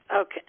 Okay